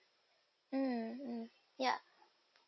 mm mm ya